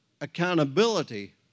accountability